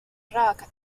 rock